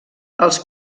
els